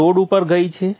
તે લોડ ઉપર ગઇ છે